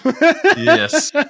Yes